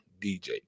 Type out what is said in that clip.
dj